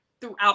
throughout